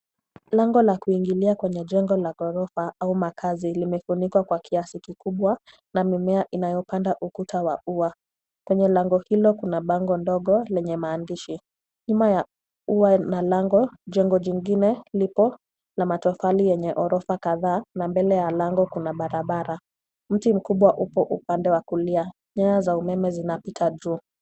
Lango la kuingilia kwenye jengo la ghorofa au makazi limefunikwa kwa kiasi kikubwa na mimea inayopanda ukuta wa ua. Kwenye lango hilo kuna bango dogo lenye maandishi. Nyuma ya ua na lango jengo jingine lipo la matofali yenye ghorofa kadhaa na mbele ya lango kuna barabara. Mti mkubwa upo upande wa kulia. Nyaya za umeme zinapita juu.